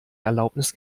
erlaubnis